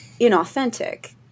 inauthentic